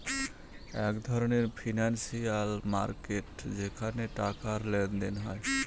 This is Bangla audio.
এক ধরনের ফিনান্সিয়াল মার্কেট যেখানে টাকার লেনদেন হয়